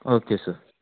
okay sir